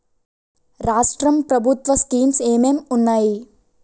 రాష్ట్రం ప్రభుత్వ స్కీమ్స్ ఎం ఎం ఉన్నాయి?